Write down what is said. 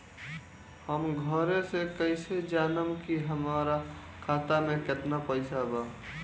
हम घरे से कैसे जानम की हमरा खाता मे केतना पैसा बा?